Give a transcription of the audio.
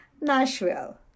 Nashville